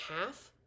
half